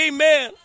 Amen